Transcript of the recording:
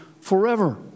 forever